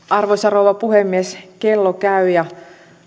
arvoisa rouva puhemies kello käy ja